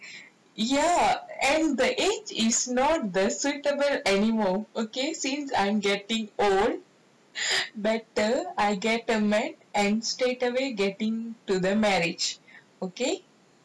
ya and the age is not the suitable anymore okay since I'm getting old better I get the man and straightaway getting to the marriage okay